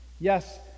Yes